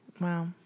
Wow